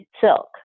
silk